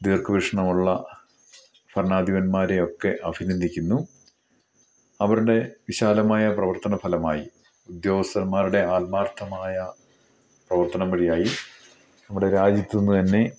ദീർഘ വിക്ഷണമുള്ള ഭരണാധിപന്മാരെ ഒക്കെ അഭിനന്ദിക്കുന്നു അവരുടെ വിശാലമായ പ്രവർത്തന ഫലമായി ഉദ്യോഗസ്ഥന്മാരുടെ ആത്മാർത്ഥമായ പ്രവർത്തനം വഴിയായി നമ്മുടെ രാജ്യത്തിന് തന്നെ